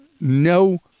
no